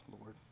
Lord